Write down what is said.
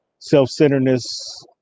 self-centeredness